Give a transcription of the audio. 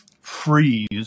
freeze